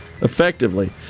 effectively